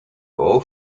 all